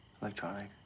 Electronic